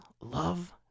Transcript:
love